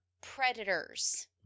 predators